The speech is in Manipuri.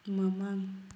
ꯃꯃꯥꯡ